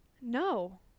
no